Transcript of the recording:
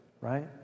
right